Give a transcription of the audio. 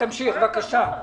אנחנו